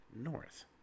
north